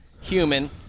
human